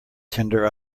tender